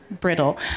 brittle